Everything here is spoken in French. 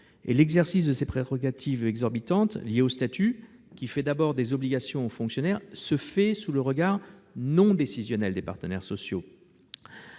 L'exercice de ces prérogatives exorbitantes liées au statut, qui crée d'abord des obligations pour les fonctionnaires, se fait sous le regard non décisionnel des partenaires sociaux.